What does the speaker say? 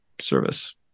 service